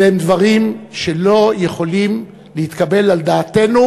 אלה הם דברים שלא יכולים להתקבל על דעתנו,